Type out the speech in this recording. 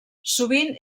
sovint